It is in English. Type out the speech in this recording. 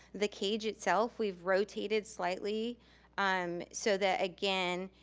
the cage itself, we've rotated slightly um so that again,